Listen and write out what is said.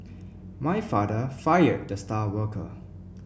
my father fired the star worker